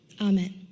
Amen